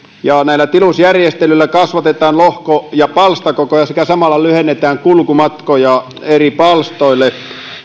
ja näillä tilusjärjestelyillä kasvatetaan lohko ja palstakokoja sekä samalla lyhennetään kulkumatkoja eri palstoille